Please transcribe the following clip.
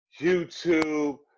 YouTube